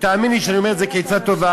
ותאמיני לי שאני אומר את זה כעצה טובה.